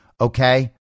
Okay